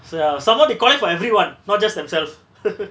ya some more they collect for everyone not just themselves